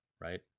Right